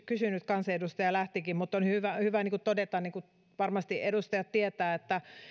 kysynyt kansanedustaja lähtikin on hyvä todeta että niin kuin varmasti edustajat tietävät